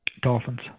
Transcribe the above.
Dolphins